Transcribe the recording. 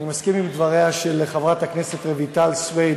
אני מסכים עם דבריה של חברת הכנסת רויטל סויד